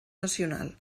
nacional